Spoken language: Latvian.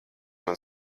man